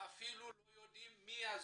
אפילו לא יודעים מי הזוכה.